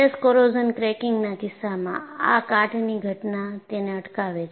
stress corrosion ક્રેકીંગના કિસ્સામાં આ કાટની ઘટના તેને અટકાવે છે